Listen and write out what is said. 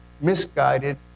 misguided